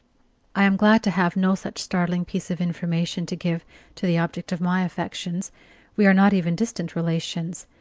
i am glad to have no such startling piece of information to give to the object of my affections we are not even distant relations,